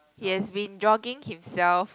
he has been jogging himself